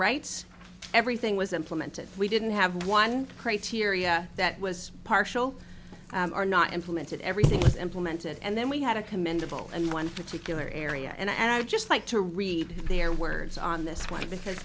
rights everything was implemented we didn't have one criteria that was partial or not implemented everything was implemented and then we had a commendable in one particular area and i would just like to read their words on this one because